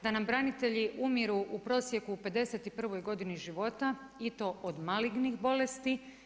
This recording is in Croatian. Da nam branitelji umiru u prosjeku u 51 godini života i to od malignih bolesti.